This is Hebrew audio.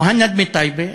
מוהנד מטייבה,